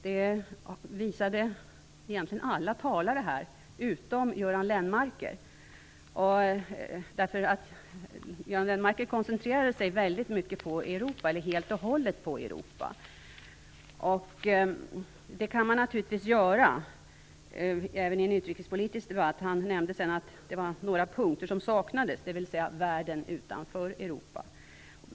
Det visade egentligen alla talare här utom Göran Europa. Det kan man naturligtvis göra även i en utrikespolitisk debatt. Han nämnde sedan att några punkter saknades, dvs. världen utanför Europa.